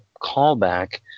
callback